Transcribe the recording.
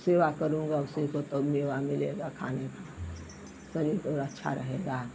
सेवा करूंगा उसी को तो मेवा मिलेगा खाने में शरीर गो अच्छा रहेगा